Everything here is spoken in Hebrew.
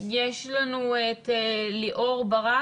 יש לנו את ליאור ברק